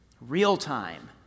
real-time